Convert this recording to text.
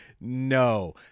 no